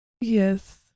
Yes